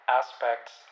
aspects